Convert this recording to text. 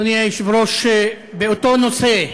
אדוני היושב-ראש, באותו נושא: